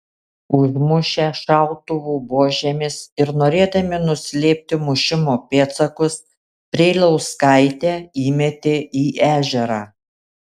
užmušę šautuvų buožėmis ir norėdami nuslėpti mušimo pėdsakus preilauskaitę įmetė į ežerą